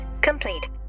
complete